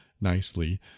nicely